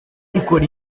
ikora